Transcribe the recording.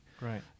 Right